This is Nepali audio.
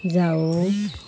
जाऊ